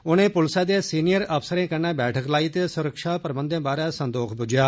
उनें पुलसै दे सिनियर अफसरें कन्नै बैठक लाई ते सुरक्षा प्रबन्धें बारै संदोख बुज्झेआ